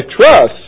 trust